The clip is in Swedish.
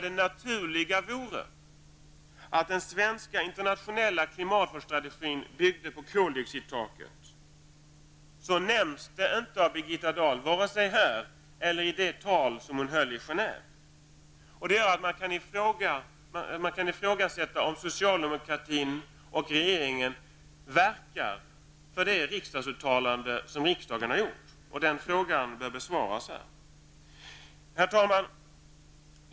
Det naturliga vore att den svenska internationella klimatvårdsstrategin byggde på koldioxidtaket, men detta nämns inte av Birgitta Dahl vare sig här eller i det tal som hon höll i Genève. Detta gör att man kan ifrågasätta om socialdemokraterna och regeringen verkar för det uttalande som riksdagen har gjort. Den frågan bör besvaras här. Herr talman!